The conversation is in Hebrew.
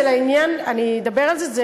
אני אדבר על זה,